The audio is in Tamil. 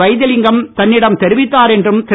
வைத்திலிங்கம் தன்னிடம் தெரிவித்தார் என்றும் திரு